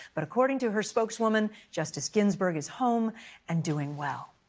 but according to her spokeswoman, justice ginsburg is home and doing well.